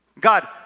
God